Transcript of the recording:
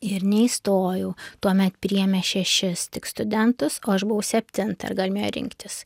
ir neįstojau tuomet priėmė šešis tik studentus o aš buvau septinta ir galėjome rinktis